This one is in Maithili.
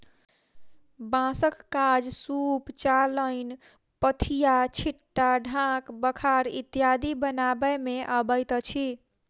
बाँसक काज सूप, चालैन, पथिया, छिट्टा, ढाक, बखार इत्यादि बनबय मे अबैत अछि